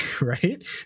right